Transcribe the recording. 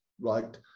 right